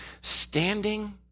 standing